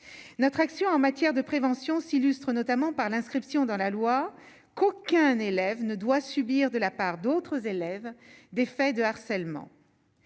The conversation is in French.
notre action en matière de prévention s'illustre notamment par l'inscription dans la loi qu'aucun élève ne doit subir de la part d'autres élèves, des faits de harcèlement,